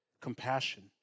compassion